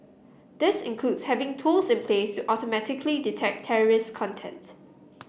this includes having tools in place to automatically detect terrorist content